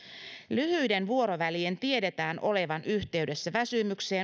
lyhyiden vuorovälien tiedetään olevan yhteydessä väsymykseen